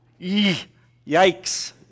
yikes